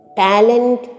talent